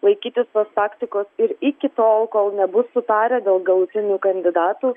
laikytis tos taktikos ir iki tol kol nebus sutarę dėl galutinių kandidatų